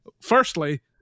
Firstly